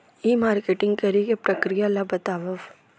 ई marketing करे के प्रक्रिया ला बतावव?